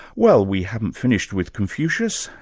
well we haven't finished with confucius.